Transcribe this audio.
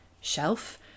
shelf